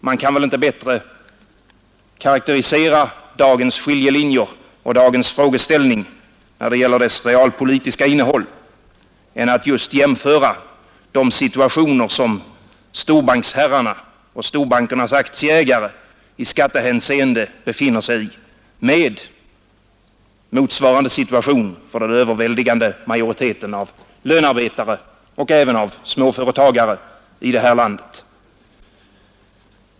Man kan väl inte bättre karakterisera dagens skiljelinjer och dagens frågeställning när det gäller det realpolitiska innehållet än genom att just jämföra de situationer som storbanksherrarna och storbankernas aktieägare i skattehänseende befinner sig i med motsvarande situation för den överväldigande majoriteten av lönearbetare och även av småföretagare i det här landet.